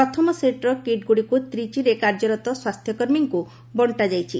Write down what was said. ପ୍ରଥମ ସେଟ୍ର କିଟ୍ଗୁଡ଼ିକୁ ତ୍ରିଚିରେ କାର୍ଯ୍ୟରତ ସ୍ୱାସ୍ଥ୍ୟକର୍ମୀମାନଙ୍କୁ ବର୍ଷାଯାଇଛି